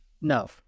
No